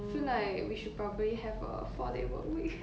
feel like we should probably have a four day work week